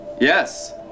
Yes